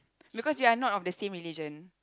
because we are not of the same religion